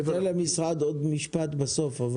אני אתן למשרד עוד משפט בסוף.